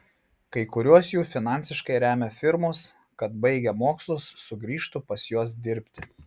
kai kuriuos jų finansiškai remia firmos kad baigę mokslus sugrįžtų pas juos dirbti